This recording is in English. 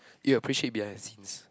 you appreciate behind the scenes